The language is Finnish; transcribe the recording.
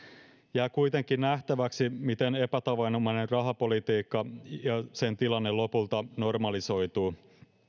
jää kuitenkin nähtäväksi miten epätavanomainen rahapolitiikka ja sen tilanne lopulta normalisoituvat